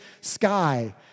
sky